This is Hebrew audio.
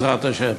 בעזרת השם.